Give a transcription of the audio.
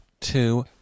two